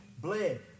bled